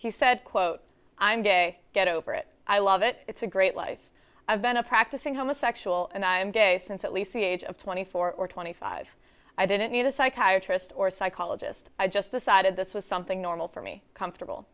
he said quote i'm day get over it i love it it's a great life i've been a practicing homosexual and i'm day since at least the age of twenty four or twenty five i didn't need a psychiatrist or psychologist i just decided this was something normal for me comfortable